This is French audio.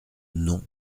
non